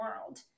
world